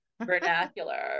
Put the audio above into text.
vernacular